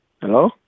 Hello